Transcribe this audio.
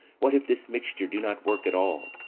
what if this mixture do not work at all?